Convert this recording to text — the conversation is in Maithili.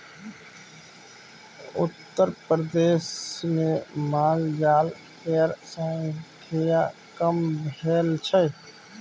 उत्तरप्रदेशमे मालजाल केर संख्या कम भेल छै